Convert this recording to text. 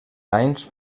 anys